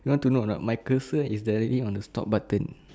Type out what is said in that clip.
you want to know or not my cursor is directly on the stop button